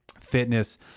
fitness